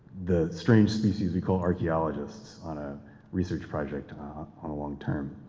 the strange species we cal archaeologists on a research project ah on a long term.